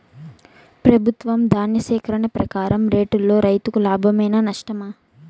ప్రభుత్వం ధాన్య సేకరణ ప్రకారం రేటులో రైతుకు లాభమేనా నష్టమా?